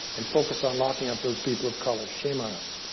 and focus on locking up those people of color. shame on us.